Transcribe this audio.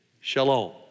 Shalom